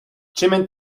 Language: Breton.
kement